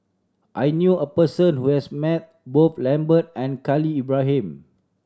I knew a person who has met both Lambert and Khalil Ibrahim